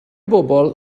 bobl